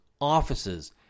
offices